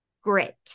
grit